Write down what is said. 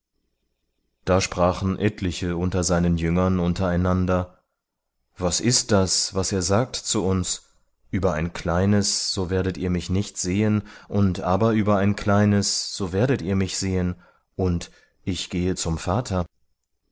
da sprachen etliche unter seinen jüngern untereinander was ist das was er sagt zu uns über ein kleines so werdet ihr mich nicht sehen und aber über ein kleines so werdet ihr mich sehen und ich gehe zum vater